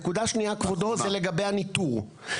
נקודה שנייה כבודו זה לגבי הניטור,